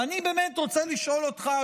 ואני באמת רוצה לשאול אותך,